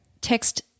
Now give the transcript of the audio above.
text